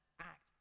act